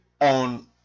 on